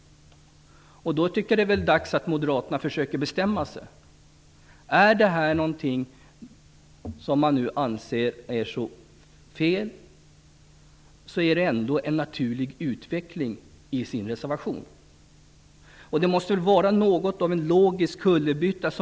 Då tycker jag att det är dags att moderaterna försöker bestämma sig. Är det här nu någonting som moderaterna anser är så fel så är det ändå en naturlig utveckling enligt er egen reservation. Det måste väl vara något av en logisk kullerbytta!